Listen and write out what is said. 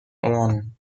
alone